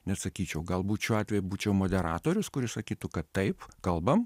neatsakyčiau galbūt šiuo atveju būčiau moderatorius kuris sakytų kad taip kalbam